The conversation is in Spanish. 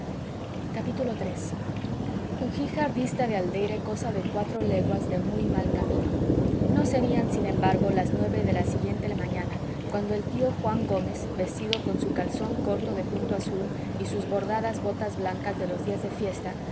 iii ugíjar dista de aldeire cosa de cuatro leguas de muy mal camino no serían sin embargo las nueve de la siguiente mañana cuando el tío juan gómez vestido con su calzón corto de punto azul y sus bordadas botas blancas de los días de fiesta